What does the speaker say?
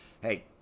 Hey